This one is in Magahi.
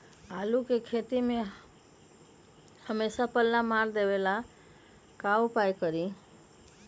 आलू के खेती में हमेसा पल्ला मार देवे ला का उपाय करी?